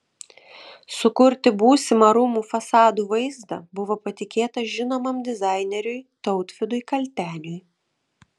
sukurti būsimą rūmų fasadų vaizdą buvo patikėta žinomam dizaineriui tautvydui kalteniui